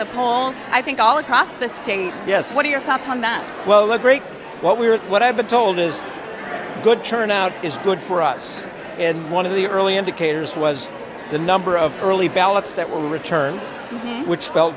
the polls i think all across the state yes what are your thoughts on that well look great what we're what i've been told is good turnout is good for us and one of the early indicators was the number of early ballots that were returned which felt